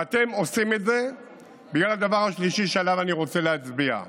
ואתם עושים את זה בגלל הדבר השלישי שעליו אני רוצה להצביע,